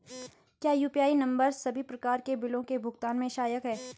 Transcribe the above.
क्या UPI number सभी प्रकार के बिलों के भुगतान में सहायक हैं?